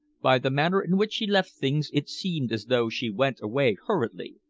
by the manner in which she left things, it seemed as though she went away hurriedly.